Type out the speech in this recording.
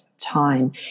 time